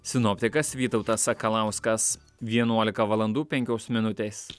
sinoptikas vytautas sakalauskas vienuolika valandų penkios minutės